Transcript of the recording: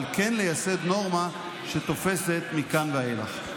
אבל כן לייסד נורמה שתופסת מכאן ואילך.